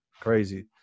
crazy